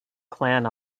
clan